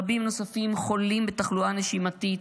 רבים נוספים חולים בתחלואה נשימתית,